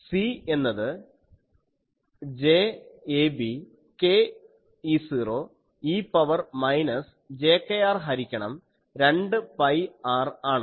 C എന്നത് j ab k E0 e power minus j kr ഹരിക്കണം 2 pi r ആണ്